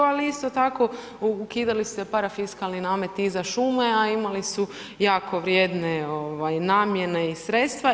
Ali isto tako ukidali ste parafiskalni namet i za šume, a imali su jako vrijedne namjene i sredstva.